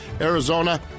Arizona